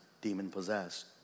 demon-possessed